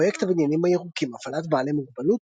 פרויקט הבניינים הירוקים – הפעלת בעלי מוגבלות